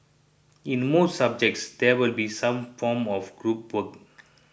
in most subjects there will be some form of group work